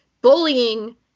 bullying